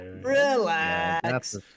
relax